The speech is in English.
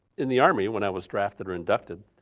in the army when i was drafted or inducted,